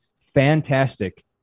fantastic